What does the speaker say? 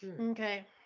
Okay